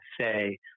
say